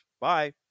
Bye